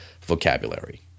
vocabulary